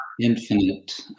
infinite